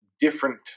different